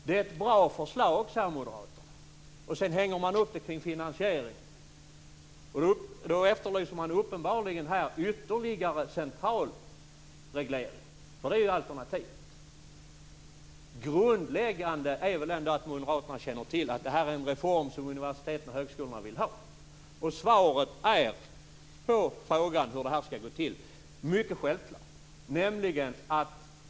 Det är ett bra förslag, säger Moderaterna. Sedan hänger man upp det på finansieringen. Då efterlyser man uppenbarligen ytterligare central reglering. Det är ju alternativet. Grundläggande är väl ändå att Moderaterna känner till att det här är en reform som universiteten och högskolorna vill ha. Svaret på frågan om hur det här skall gå till är mycket självklart.